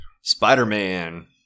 Spider-Man